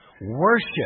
Worship